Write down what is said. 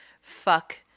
fuck